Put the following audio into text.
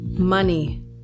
money